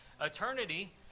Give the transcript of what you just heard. eternity